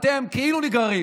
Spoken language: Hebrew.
אתם כאילו נגררים,